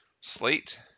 Slate